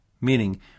Meaning